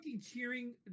cheering